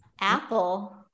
Apple